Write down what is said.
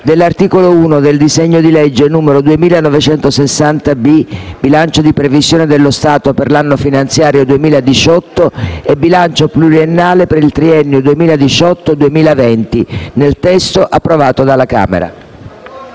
dell'articolo 1 del disegno di legge n. 2960-B (Bilancio di previsione dello Stato per l'anno finanziario 2018 e bilancio pluriennale per il triennio 2018-2020), nel testo approvato dalla Camera